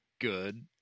good